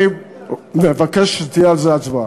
אני מבקש שתהיה על זה הצבעה.